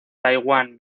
taiwán